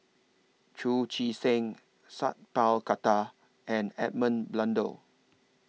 Chu Chee Seng Sat Pal Khattar and Edmund Blundell